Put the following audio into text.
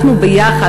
אנחנו ביחד,